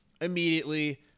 immediately